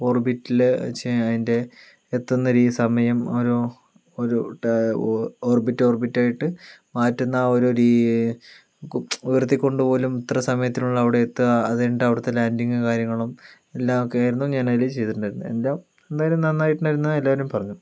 ഓർബിറ്റില് ചെയ് അതിൻ്റെ എത്തുന്ന ഒരു സമയം ഒരു ഒരു ട്ടാ ഓ ഓർബിറ്റ് ഓർബിറ്റായിട്ട് മാറ്റുന്ന ആ ഒരു രി കു ഉയർത്തി കൊണ്ട് പോകലും ഇത്ര സമയത്തിനുള്ളിൽ അവിടെ എത്തുക അത് കഴിഞ്ഞിട്ട് അവിടുത്തെ ലാൻഡിംഗ് കാര്യങ്ങളും എല്ലാം ഒക്കെയായിരുന്നു ഞാനതില് ചെയ്തിട്ടുണ്ടായിരുന്നത് എല്ലാം എന്തായാലും നന്നായിട്ടുണ്ടായിരുന്നെന്ന് എല്ലാവരും പറഞ്ഞു